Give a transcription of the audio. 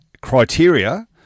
criteria